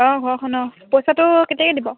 অঁ ঘৰখন অঁ পইচাটো কেতিয়াকৈ দিব